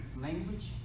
language